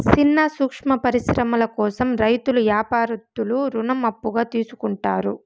సిన్న సూక్ష్మ పరిశ్రమల కోసం రైతులు యాపారత్తులు రుణం అప్పుగా తీసుకుంటారు